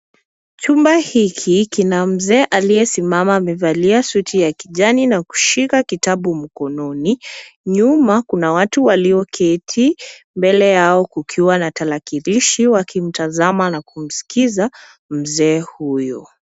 Chumba hiki kina mzee aliye simama amevalia suti ya kijani na kushika kitabu mkononi. Nyuma kuna watu walio keti mbele yao kukiwa na tarakilishi wakimtazama na kumsikiza mzee huyu.